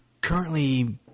currently